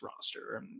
roster